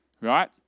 right